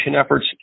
efforts